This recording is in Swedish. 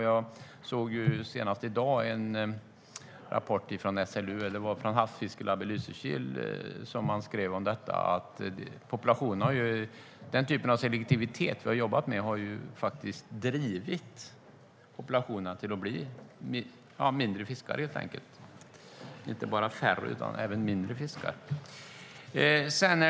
Jag såg i dag en SLU-rapport från Havsfiskelaboratoriet i Lysekil, där man skrev att den typen av selektivitet vi har jobbat med har lett till att det blivit mindre fiskar i populationerna - inte bara färre utan även mindre fiskar.